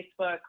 Facebook